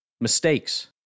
mistakes